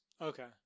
Okay